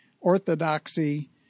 orthodoxy